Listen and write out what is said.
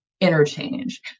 interchange